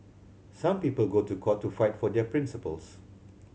some people go to court to fight for their principles